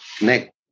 neck